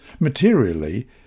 Materially